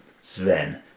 Sven